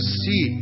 see